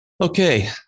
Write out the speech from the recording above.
Okay